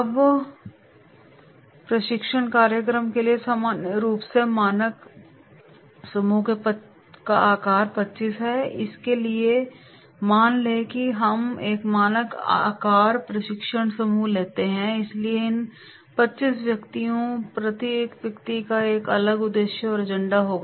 अब यहां प्रशिक्षण कार्यक्रम के लिए सामान्य रूप से मानक समूह का आकार 25 है इसलिए मान लें कि हम एक मानक आकार प्रशिक्षण समूह लेते हैं इसलिए इन 25 व्यक्तियों प्रत्येक व्यक्ति का एक अलग उद्देश्य और एजेंडा होगा